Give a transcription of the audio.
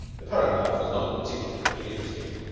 the paragraph was not particularly interesting.